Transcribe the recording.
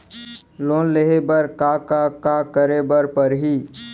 Loan लेहे बर का का का करे बर परहि?